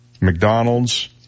McDonald's